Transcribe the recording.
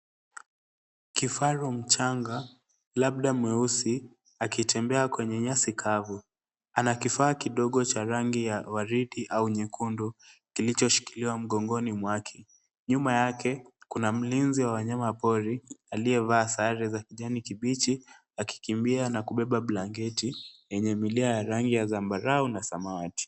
Kifaru mchanga, labda mweusi akitembea kwenye nyasi kavu. ana kifaa kidogo cha rangi ya waridi au nyekundu kilichoshikiliwa mgongoni mwake. Nyuma yake kuna mlinzi wa pori aliyevaa sare za kijani kibichi akikimbia na kubeba blanketi yenye milio ya zambarau na samawati.